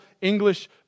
English